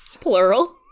Plural